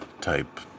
type